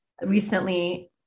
recently